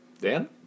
Dan